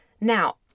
now